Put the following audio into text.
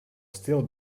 still